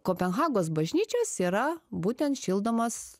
kopenhagos bažnyčios yra būtent šildomos